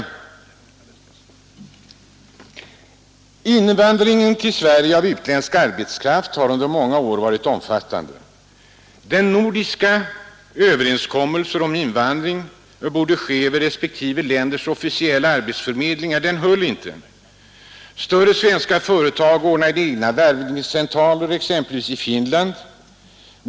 Invandringen till Sverige av utländsk arbetskraft har under många år varit omfattande. Den nord ska överenskommelsen att invandring borde ske över respektive länders officiella arbetsförmedlingar höll inte. Större svenska företag ordnade egna värvningscentraler, exempelvis i Finland.